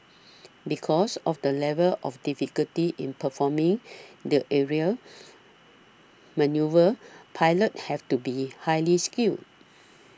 because of the level of difficulty in performing the aerial manoeuvres pilots have to be highly skilled